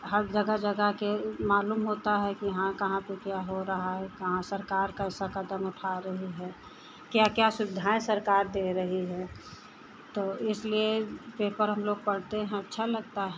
हर जगह जगह के वह मालूम होता है कि हाँ कहाँ पर क्या हो रहा है कहाँ सरकार कैसा कदम उठा रही है क्या क्या सुविधाएँ सरकार दे रही है तो इसलिए पेपर हमलोग पढ़ते हैं अच्छा लगता है